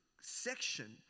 section